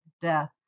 death